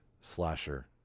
slasher